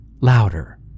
louder